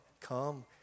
come